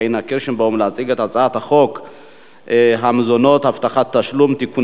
את הצעת חוק המזונות (הבטחת תשלום) (תיקון